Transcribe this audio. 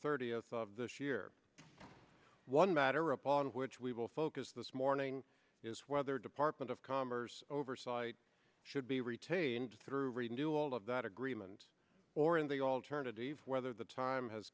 thirtieth of this year one matter upon which we will focus this morning is whether department of commerce oversight should be retained through redo all of that agreement or in the alternative whether the time has